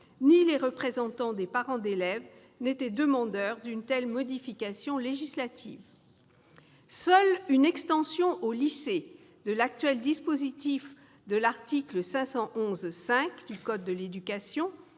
ni les représentants des parents d'élèves n'étaient demandeurs d'une telle modification législative ... Seule l'extension aux lycées de l'actuel dispositif de l'article L. 511-5 du code de l'éducation,